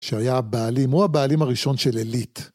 שהיה הבעלים, הוא הבעלים הראשון של עלית.